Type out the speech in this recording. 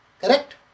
correct